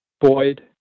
Boyd